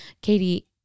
Katie